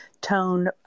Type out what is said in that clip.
tone